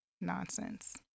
nonsense